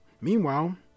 meanwhile